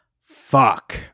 Fuck